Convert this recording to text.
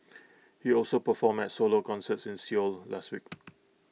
he also performed at solo concerts in Seoul last week